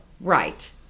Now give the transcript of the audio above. Right